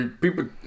people